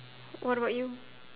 what about you